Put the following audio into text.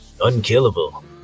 unkillable